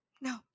no